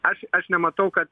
aš aš nematau ka